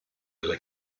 della